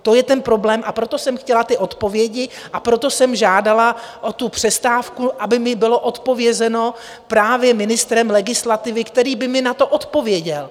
To je ten problém, a proto jsem chtěla ty odpovědi, a proto jsem žádala o přestávku, aby mi bylo odpovězeno právě ministrem legislativy, který by mi na to odpověděl.